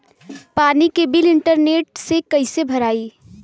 पानी के bill internet से कइसे भराई?